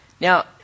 Now